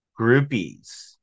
groupies